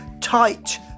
tight